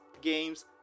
games